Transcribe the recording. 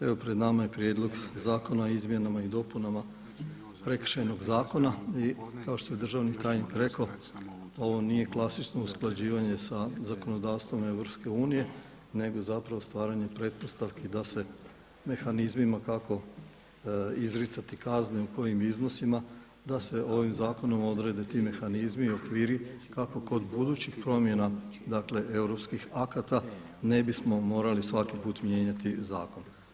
Evo pred nama je Prijedlog zakona o izmjenama i dopunama Prekršajnog zakona i kao što je državni tajnik rekao ovo nije klasično usklađivanje sa zakonodavstvom EU nego stvaranje pretpostavki da se mehanizmima kako izricati kazne i u kojim iznosima da se ovim zakonom odrede ti mehanizmi i okviri kako kod budućih promjena europskih akata ne bismo morali svaki put mijenjati zakon.